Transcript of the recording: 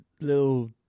little